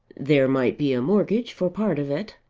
there might be a mortgage for part of it.